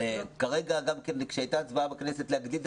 כרגע גם כשהייתה הצבעה בכנסת להגדיל את